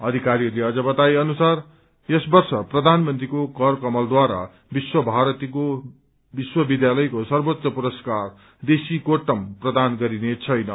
अधिकारीहरूले बताए अनुसार यस वर्ष प्रधान मन्त्रीको करकमलद्वारा विश्वभारती विश्वविद्यालयको सर्वोच्च पुरस्कार देशीकोट्म प्रदान गरिनेछैन